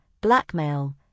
blackmail